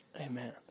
Amen